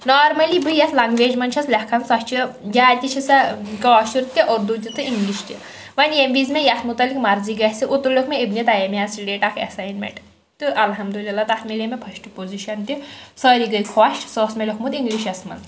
normally بہٕ ییٚتھ language منٛز چھیٚس لیٚکھان سۄ چھِ یا تہِ چھِ سۄ کٲشُر تہِ اردوٗ تہِ تہٕ انٛگلش تہِ وۄنۍ ییٚمہِ وِزِۍ مےٚ ییٚتھ متعلق مرضی گژھہِ اوترٕ لیٛوکھ مےٚ ابنِ تیمیہ ہس رلیٹڈ اَکھ ایٚساینِمیٚنٛٹ تہٕ الحمدُ للہ تَتھ میلے مےٚ فٔرسٹہٕ پوٚزِشَن تہِ سٲری گٔے خۄش سُہ اوس مےٚ لیٛوکھمُت اِنگلِشَس منٛز